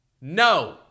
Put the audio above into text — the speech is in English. No